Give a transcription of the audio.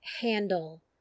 handle